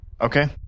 Okay